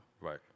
Right